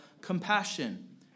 compassion